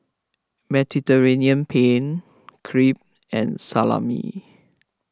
Mediterranean Penne Crepe and Salami